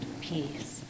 peace